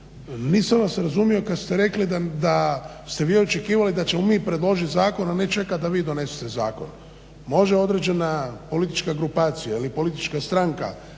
nisam vas razumio kad ste rekli da ste vi očekivali da ćemo mi predložiti zakon a ne čekat da vi donesete zakon. Može određena politička grupacija ili politička stranka